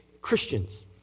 Christians